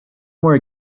more